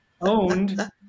owned